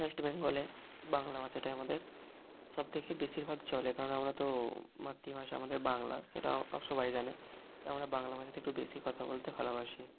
West বেঙ্গলে বাংলা ভাষাটাই আমাদের সব থেকে বেশির ভাগ চলে কারণ আমরা তো মাতৃভাষা আমাদের বাংলা সেটা সবাই জানে তাই আমরা বাংলা ভাষাতে একটু বেশি কথা বলতে ভালোবাসি